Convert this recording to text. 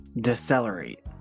decelerate